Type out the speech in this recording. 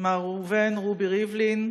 מר ראובן רובי ריבלין,